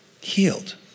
healed